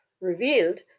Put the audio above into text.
revealed